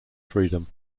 freedom